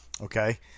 Okay